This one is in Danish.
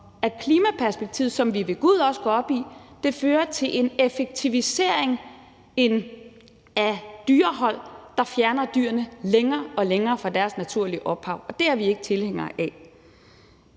at klimaperspektivet, som vi ved gud også går op i, fører til en effektivisering af dyrehold, der fjerner dyrene længere og længere fra deres naturlige ophav, og det er vi ikke tilhængere af.